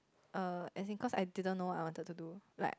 err as in cause I didn't know what I wanted to do like